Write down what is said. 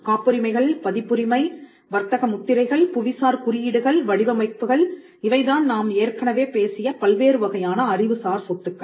காப்புரிமைகள் பதிப்புரிமை வர்த்தக முத்திரைகள் புவிசார் குறியீடுகள் வடிவமைப்புகள் இவைதான் நாம் ஏற்கனவே பேசிய பல்வேறு வகையான அறிவுசார் சொத்துக்கள்